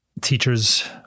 teachers